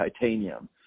titanium